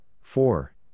four